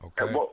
Okay